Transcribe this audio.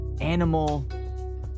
animal